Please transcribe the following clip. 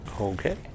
Okay